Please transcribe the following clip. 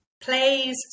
plays